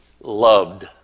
loved